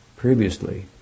previously